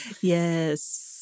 Yes